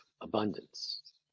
abundance